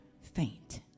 faint